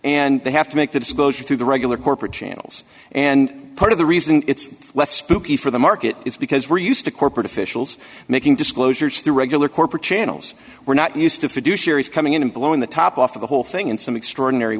and they have to make the disclosure through the regular corporate channels and part of the reason it's less spooky for the market is because we're used to corporate officials making disclosures through regular corporate channels we're not used to fiduciary coming in and blowing the top off of the whole thing in some extraordinary